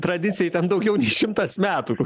tradicijai ten daugiau nei šimtas metų